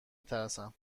ترسم